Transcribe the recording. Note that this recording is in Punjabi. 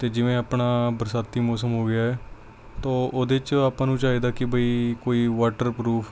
ਅਤੇ ਜਿਵੇਂ ਆਪਣਾ ਬਰਸਾਤੀ ਮੌਸਮ ਹੋ ਗਿਆ ਹੈ ਤਾਂ ਉਹਦੇ 'ਚ ਆਪਾਂ ਨੂੰ ਚਾਹੀਦਾ ਕਿ ਬਈ ਕੋਈ ਵਾਟਰ ਪ੍ਰੂਫ